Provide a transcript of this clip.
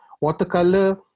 watercolor